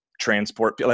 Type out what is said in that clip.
transport